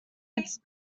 its